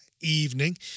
evening